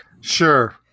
Sure